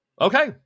Okay